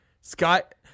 scott